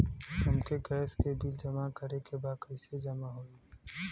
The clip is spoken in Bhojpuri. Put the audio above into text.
हमके गैस के बिल जमा करे के बा कैसे जमा होई?